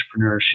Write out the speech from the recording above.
entrepreneurship